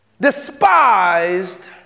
despised